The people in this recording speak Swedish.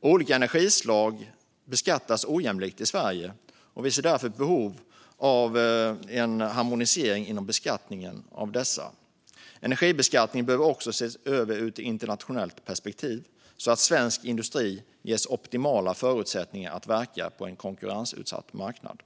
Olika energislag beskattas ojämlikt i Sverige. Vi ser därför ett behov av en harmonisering inom beskattningen av dessa energislag. Energibeskattningen behöver också ses över ur ett internationellt perspektiv, så att svensk industri ges optimala förutsättningar att verka på en konkurrensutsatt marknad.